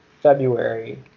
February